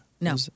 No